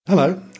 Hello